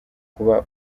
kuba